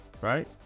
right